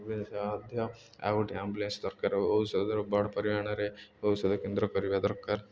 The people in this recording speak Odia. ମଧ୍ୟ ଆଉ ଗୋଟେ ଆମ୍ବୁଲାନ୍ସ ଦରକାର ଔଷଧର ବଡ଼ ପରିମାଣରେ ଔଷଧ କେନ୍ଦ୍ର କରିବା ଦରକାର